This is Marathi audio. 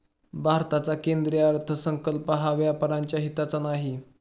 भारताचा केंद्रीय अर्थसंकल्प हा व्यापाऱ्यांच्या हिताचा नाही